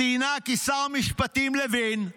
ציינה כי שר המשפטים לוין,